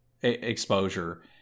exposure